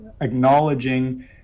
acknowledging